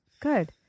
Good